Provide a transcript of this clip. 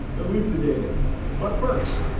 elucidating but first,